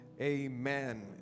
amen